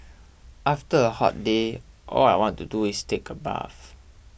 after a hot day all I want to do is take a bath